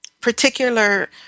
particular